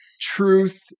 truth